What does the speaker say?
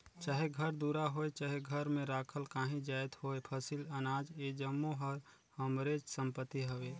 चाहे घर दुरा होए चहे घर में राखल काहीं जाएत होए फसिल, अनाज ए जम्मो हर हमरेच संपत्ति हवे